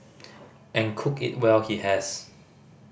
and cook it well he has